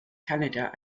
canada